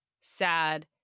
sad